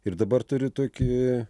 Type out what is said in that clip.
ir dabar turi tokį